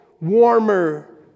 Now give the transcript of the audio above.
warmer